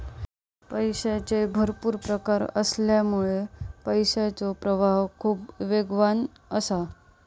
पैशाचे भरपुर प्रकार असल्यामुळा पैशाचो प्रवाह खूप वेगवान असा